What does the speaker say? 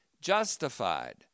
justified